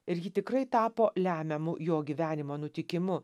ir ji tikrai tapo lemiamu jo gyvenimo nutikimu